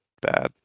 bad